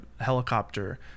helicopter